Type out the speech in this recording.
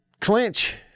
clinch